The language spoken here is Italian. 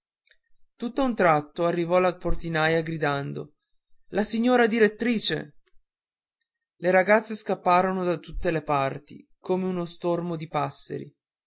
tutt'a un tratto arrivò la portinaia gridando la signora direttrice le ragazze scapparono da tutte le parti come uno stormo di passeri